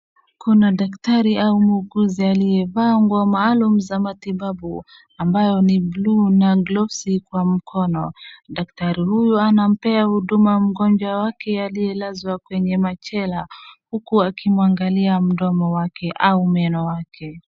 Kuna daktari au muuguzi aliyevaa nguo maalum za matibabu ambayo ni buluu na glavus kwa mkono. Daktari huyo anampea huduma mgonjwa wake aliyelazwa kwenye machela huku akimwangalia mdomo wake au meno wake.